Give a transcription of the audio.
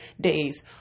days